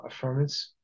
affirmance